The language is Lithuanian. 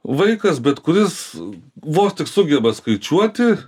vaikas bet kuris vos tik sugeba skaičiuoti